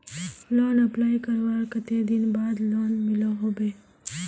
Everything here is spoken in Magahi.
लोन अप्लाई करवार कते दिन बाद लोन मिलोहो होबे?